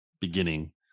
beginning